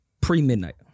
pre-midnight